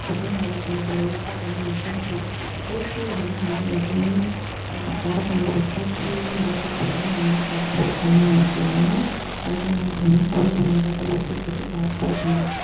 போட்டு நல்லா கொஞ்சம் லைட்டாக தண்ணி ஊற்றி அதை கொதிக்க விட்டுட்டு கீழே வந்து நம்ம எப்பயுமே நம்ம காரக்கொழம்பு வைச்சா புளியும் மிளகா தூள்லாம் ஒன்னாக கரைத்து வைச்சி தான்ங்க நாங்கள் செய்வோம் தனி தனியாகலாம் செய்யவேணாம் புளி மிளகாத்தூள் உப்பு போட்டு கரைத்து வைச்சிருந்த